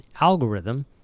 algorithm—